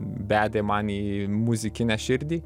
bedė man į muzikinę širdį